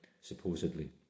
supposedly